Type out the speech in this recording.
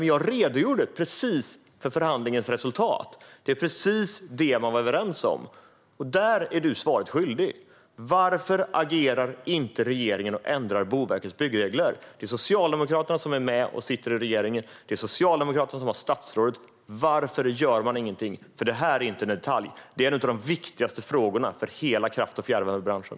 Men jag redogjorde för förhandlingens resultat, för precis det som vi var överens om. Därför är du svaret skyldig på frågan: Varför agerar inte regeringen och ändrar Boverkets byggregler? Det är Socialdemokraterna som sitter i regeringen, och det är Socialdemokraterna som har statsrådet. Varför gör ni ingenting? Det här är inte en detalj; det är en av de viktigaste frågorna för hela kraft och fjärrvärmebranschen.